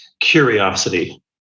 curiosity